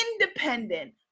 independent